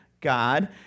God